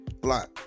Block